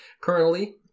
Currently